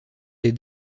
des